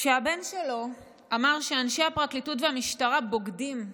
כשהבן שלו אמר שאנשי הפרקליטות והמשטרה בוגדים,